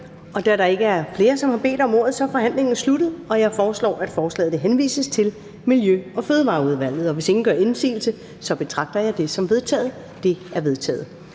Da der ikke er flere, som har bedt om ordet, er forhandlingen sluttet. Jeg foreslår, at forslaget henvises til Miljø- og Fødevareudvalget. Hvis ingen gør indsigelse, betragter jeg det som vedtaget. Det er vedtaget.